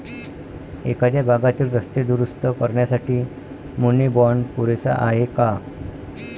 एखाद्या भागातील रस्ते दुरुस्त करण्यासाठी मुनी बाँड पुरेसा आहे का?